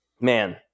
Man